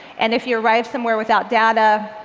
and if you arrive somewhere without data,